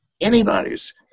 Anybody's